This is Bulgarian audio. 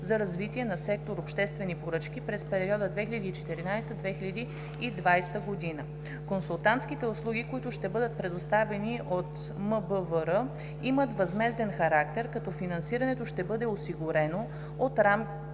за развитие на сектор „Обществени поръчки“ през периода 2014 – 2020 г. Консултантските услуги, които ще бъдат предоставени от МБВР, имат възмезден характер, като финансирането ще бъде осигурено в рамките